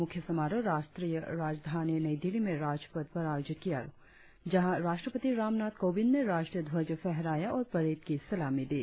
मुख्य समारोह राष्ट्रीय राजधानी नई दिल्ली में राजपथ पर आयोजित हुआ जहाँ राष्ट्रपति रामनाथ कोविंद ने राष्ट्रीय ध्वज फहराया और परेड की सलामी ली